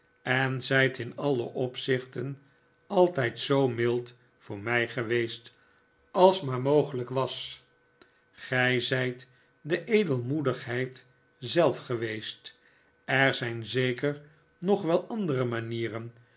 en zijt in alle opzichten altijd zoo mild voor mij geweest als maar mogelijk was gij zijt de edelmoedigheid zelf geweest er zijn zeker nog wel andere manieren